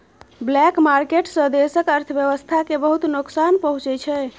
black market सँ देशक अर्थव्यवस्था केँ बहुत नोकसान पहुँचै छै